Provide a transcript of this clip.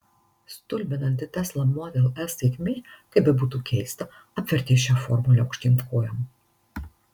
stulbinanti tesla model s sėkmė kaip bebūtų keista apvertė šią formulę aukštyn kojom